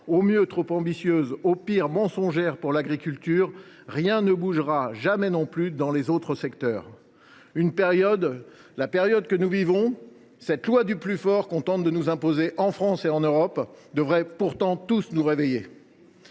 au mieux trop ambitieuses, au pire mensongères, pour l’agriculture, rien ne bougera jamais non plus dans les autres secteurs. Cette période que nous vivons, avec la loi du plus fort qu’on tente de nous imposer en France et en Europe, devrait pourtant nous réveiller